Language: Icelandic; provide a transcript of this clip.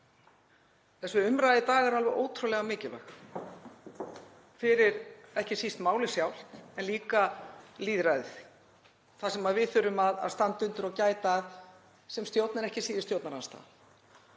Þessi umræða í dag er alveg ótrúlega mikilvæg fyrir ekki síst málið sjálft en líka lýðræðið, það sem við þurfum að standa undir og gæta að, stjórn en ekki síður stjórnarandstaða.